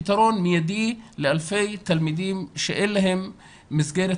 פתרון מיידי לאלפי תלמידים שאין להם מסגרת